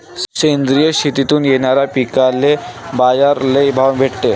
सेंद्रिय शेतीतून येनाऱ्या पिकांले बाजार लई भाव भेटते